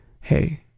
hey